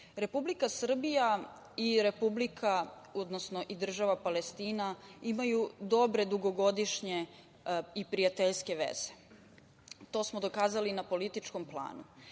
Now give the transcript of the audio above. dve države. Republika Srbija i Država Palestina imaju dobre dugogodišnje i prijateljske veze. To smo dokazali na političkom planu.